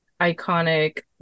iconic